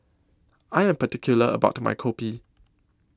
I Am particular about My Kopi